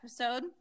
episode